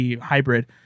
hybrid